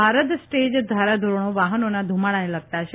Bharat stage ધારાધોરણો વાહનોના ્ધુમાડાને લગતાં છે